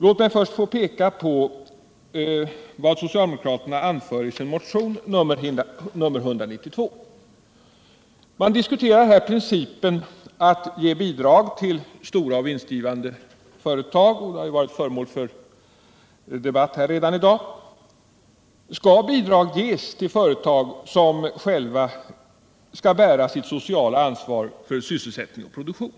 Låt mig först få peka på vad socialdemokraterna framför i sin motion 192. Man diskuterar där principen att ge bidrag till stora och vinstgivande företag, och den frågan har redan varit föremål för debatt här i dag. Frågan gäller: Skall bidrag ges till företag som själva skall bära sitt sociala ansvar för sysselsättning och produktion?